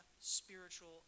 spiritual